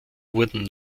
wurden